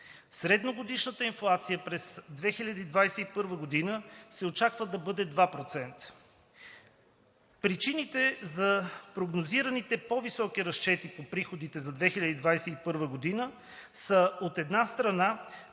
Средногодишната инфлация през 2021 г. се очаква да бъде 2,0%. Причините за прогнозираните по-високи разчети по приходите за 2021 г. са, от една страна,